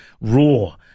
raw